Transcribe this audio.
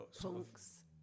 punks